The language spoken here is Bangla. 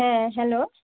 হ্যাঁ হ্যালো